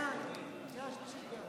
חוק משק החלב (תיקון מס' 3), התש"ף 2020,